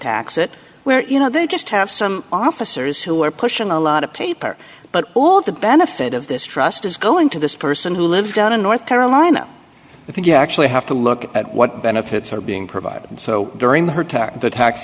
tax it where you know they just have some officers who are pushing a lot of paper but all the benefit of this trust is going to this person who lives down in north carolina if you actually have to look at what benefits are being provided so during her term the tax